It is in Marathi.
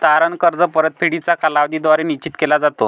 तारण कर्ज परतफेडीचा कालावधी द्वारे निश्चित केला जातो